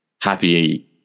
happy